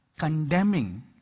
Condemning